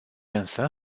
însă